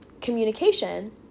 communication